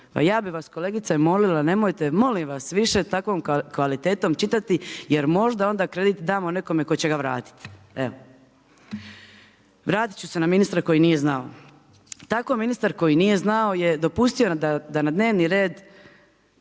ja bih vas kolegice molila nemojte molim vas više takvom kvalitetom čitati jer možda onda kredit damo nekome tko će ga vratiti. Vratit ću se na ministra koji nije znao, tako ministar koji nije znao dopustio da na dnevni red